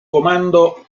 comando